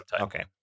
okay